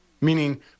meaning